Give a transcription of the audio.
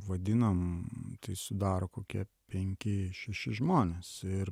vadinam tai sudaro kokie penki šeši žmonės ir